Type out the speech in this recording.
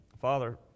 Father